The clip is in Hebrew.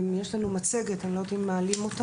יש לנו מצגת, אני לא יודעת אם מעלים אותה.